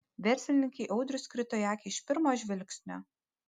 verslininkei audrius krito į akį iš pirmo žvilgsnio